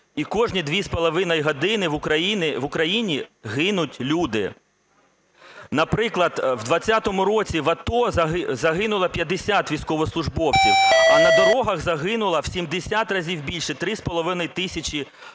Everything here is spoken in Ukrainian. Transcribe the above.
і кожні 2,5 години в Україні гинуть люди. Наприклад, в 20-му році в АТО загинуло 50 військовослужбовців, а на дорогах загинуло в 70 разів більше – 3,5 тисячі